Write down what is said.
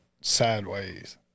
sideways